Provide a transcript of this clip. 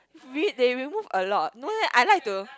re~ they remove a lot no leh I like to